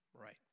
Right